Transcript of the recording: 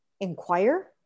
inquire